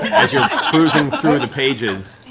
as you're perusing through the pages.